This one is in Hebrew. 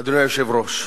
אדוני היושב-ראש,